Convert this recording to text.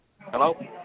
Hello